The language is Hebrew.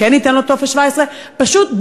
כן ניתן לו טופס 17. פשוט,